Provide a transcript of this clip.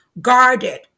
guarded